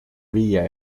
viie